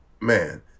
Man